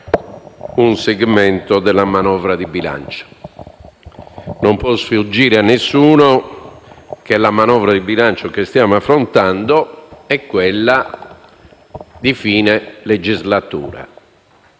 un segmento della manovra di bilancio. Non può sfuggire a nessuno che la manovra di bilancio che stiamo affrontando è quella di fine legislatura